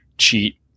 cheat